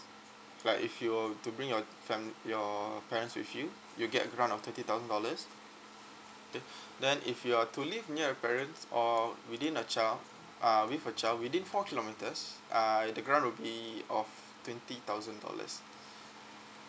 like you were to bring your your parents with you you'll get grant of thirty thousand dollars okay then you're to live near your parents or within a child uh with a child within four kilometers uh the grant will be of twenty thousand dollars